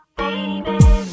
baby